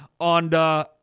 on